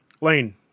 Lane